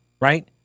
right